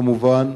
כמובן,